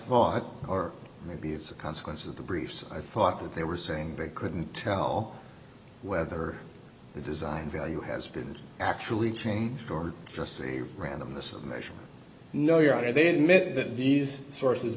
thought or maybe it's a consequence of the briefs i thought that they were saying they couldn't tell whether the design value has been actually changed or just the randomness of measurement no your honor didn't it that these sources